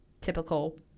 typical